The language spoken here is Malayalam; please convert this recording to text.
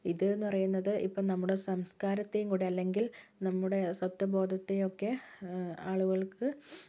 ഇത് എന്ന് പറയുന്നത് ഇപ്പോൾ നമ്മുടെ സംസ്കാരത്തെയും കൂടെ അല്ലെങ്കിൽ നമ്മുടെ സ്വത്വ ബോധത്തെ ഒക്കെ ആളുകൾക്ക്